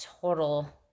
total